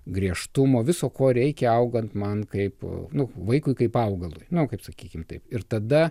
griežtumo viso ko reikia augant man kaip nu vaikui kaip augalui nu kaip sakykim taip ir tada